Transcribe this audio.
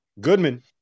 goodman